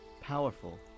powerful